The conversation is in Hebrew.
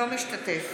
אינו משתתף